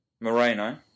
Moreno